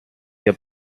wir